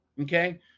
Okay